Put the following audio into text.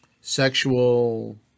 sexual